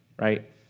Right